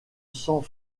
sang